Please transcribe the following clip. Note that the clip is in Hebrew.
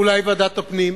אולי ועדת הפנים.